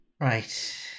Right